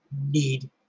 need